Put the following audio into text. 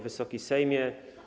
Wysoki Sejmie!